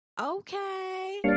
Okay